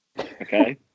Okay